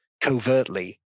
covertly